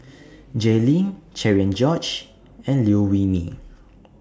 Jay Lim Cherian George and Liew Wee Mee